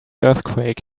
earthquake